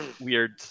weird